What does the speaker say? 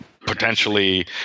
potentially